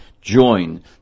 join